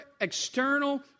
external